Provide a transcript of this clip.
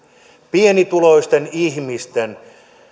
pienituloisten ihmisten